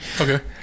Okay